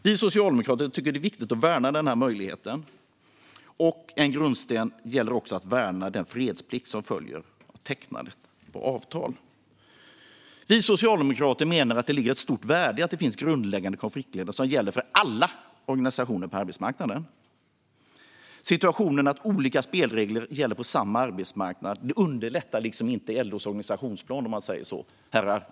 Vi socialdemokrater tycker att det är viktigt att värna denna möjlighet. En grundsten är också att värna den fredsplikt som följer tecknandet av avtal. Vi socialdemokrater menar att det ligger ett stort värde i att det finns grundläggande konfliktregler som gäller för alla organisationer på arbetsmarknaden. Situationen att olika spelregler gäller på samma arbetsmarknad underlättar inte LO:s organisationsplan, herrar Esbati och Sjöstedt.